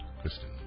Kristen